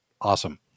Awesome